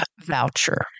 voucher